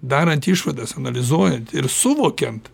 darant išvadas analizuojant ir suvokiant